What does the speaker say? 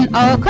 and o